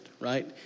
right